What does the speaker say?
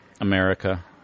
america